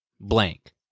blank